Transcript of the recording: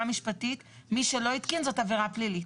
המשפטית מי שלא התקין זאת עבירה פלילית.